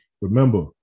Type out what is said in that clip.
remember